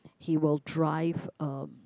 he will drive uh